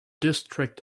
district